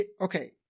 Okay